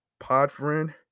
Podfriend